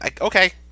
Okay